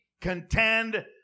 contend